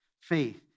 Faith